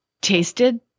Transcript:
tasted